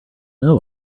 know